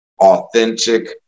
authentic